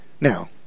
Now